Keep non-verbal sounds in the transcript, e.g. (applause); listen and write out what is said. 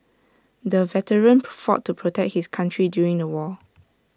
the veteran (unintelligible) fought to protect his country during the war